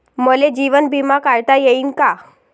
मले जीवन बिमा काढता येईन का?